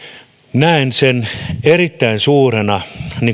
näen erittäin suurena